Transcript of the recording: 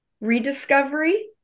Rediscovery